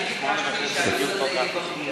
אני ביקשתי שהדיון הזה יהיה במליאה.